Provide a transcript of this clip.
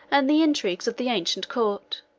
and the intrigues of the ancient court,